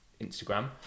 Instagram